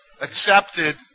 accepted